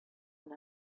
and